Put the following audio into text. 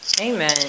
Amen